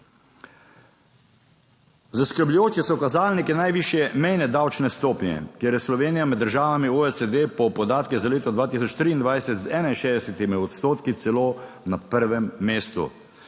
Zaskrbljujoči so kazalniki najvišje mejne davčne stopnje, kjer je Slovenija med državami OECD po podatkih za leto 2023 z 61 odstotki celo na prvem mestu.